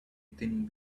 thin